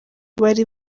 bari